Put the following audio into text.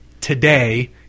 today